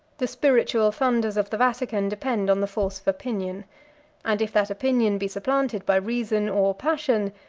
the spiritual thunders of the vatican depend on the force of opinion and if that opinion be supplanted by reason or passion,